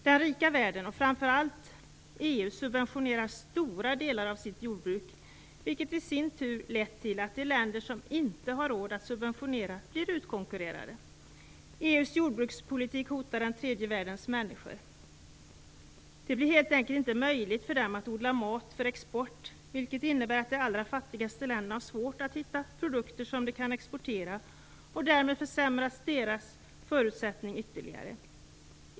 Den rika världen, och framför allt EU, subventionerar stora delar av sitt jordbruk. Detta har i sin tur lett till att de länder som inte har råd att subventionera blir utkonkurrerade. EU:s jordbrukspolitik hotar den tredje världens människor. Det blir helt enkelt inte möjligt för dem att odla mat för export, vilket innebär att de allra fattigaste länderna har svårt att hitta produkter som de kan exportera. Därmed försämras deras förutsättningar ytterligare.